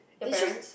your parents